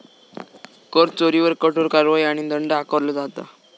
कर चोरीवर कठोर कारवाई आणि दंड आकारलो जाता